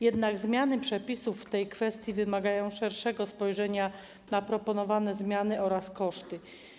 Jednak zmiany przepisów w tej kwestii wymagają szerszego spojrzenia na proponowane zmiany oraz koszty.